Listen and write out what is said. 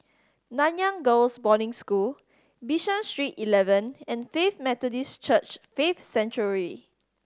Nanyang Girls' Boarding School Bishan Street Eleven and Faith Methodist Church Faith Sanctuary